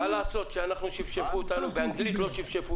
--- מה לעשות בתחמנויות שפשפו